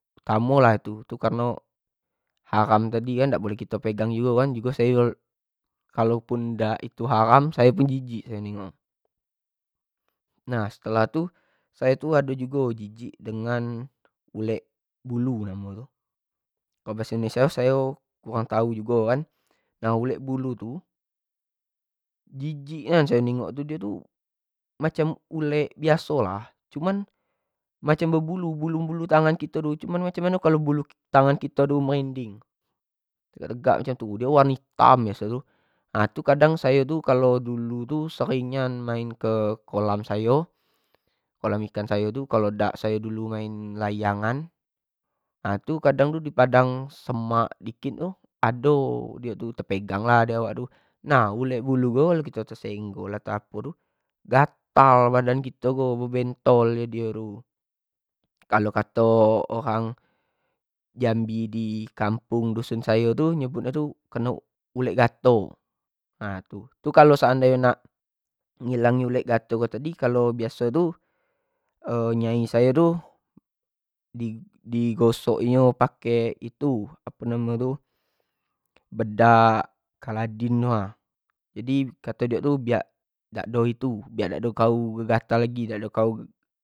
Samo lah tu, tu kareno haram tadi kan dak boleh kito pegang jugo kan tu sayo kalo pun dak tu haram sayo pun jijik nengok, nah setelah tu sayo tu ado jugo jijik dengan ulek, ulek bulu namo nyo tu, kalo bahaso indonesia tu sayo kuramg tau jugo kan, nah kalo ulek bulu tu, jijik nian sayo nengok tu macam, ulek biaso lah cuman macam bebulu-bulu, macam bulu-bulu tangan kito, cuman macam mano bentuk bulu tangan kito merinding, tegak-tegak macam tu, dio warno itam macam tu, nah itu kadang sayo tu kalo dulu tu sering nian, main- main ke kolam sayo, kolam ikan sayo tu kalo dak sayo dulu main layangan nah itu kadang di padang semak dikit tu ado diok tu tebegang lah di awak tu, nah ulek bulu ko kalokito tesenggol kalo apo tu gatal badan kito tu bebentol diok tu, kalo kato uhang jambi di kampung di dusun sayo tu nyebut nyo tu keno ulek gato nah itu, itu kalo seandai nyo nak ngilangin ulek gato tadi kalo biaso nyo tadi tu nyai sayo tu di gosok nyo pake itu apo namo nyo tu bedak caladin tu ha, jadi kato diok tu biak dak ado kau itu biak kau dak ado begatal lagi biak kau.